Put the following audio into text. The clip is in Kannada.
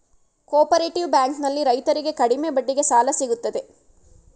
ಕೋಪರೇಟಿವ್ ಬ್ಯಾಂಕ್ ನಲ್ಲಿ ರೈತರಿಗೆ ಕಡಿಮೆ ಬಡ್ಡಿಗೆ ಸಾಲ ಸಿಗುತ್ತದೆ